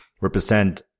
represent